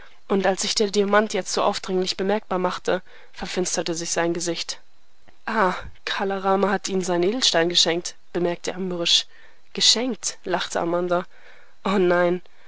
und als sich der diamant jetzt so aufdringlich bemerkbar machte verfinsterte sich sein gesicht ah kala rama hat ihnen seinen edelstein geschenkt bemerkte er mürrisch geschenkt lachte amanda o nein